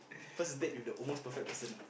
first date with the almost perfect person